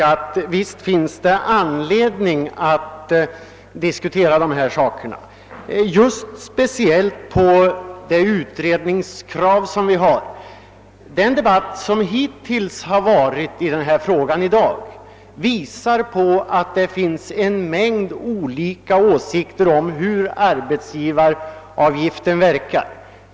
Visst finns det anledning att diskutera de olika frågorna, speciellt då det utredningskrav som vi framfört. Debatten hittills i dag visar att det finns en mängd olika åsikter om hur arbetsgivaravgiften verkar.